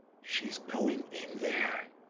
she's going in there.